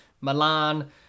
Milan